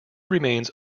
remains